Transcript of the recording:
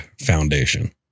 Foundation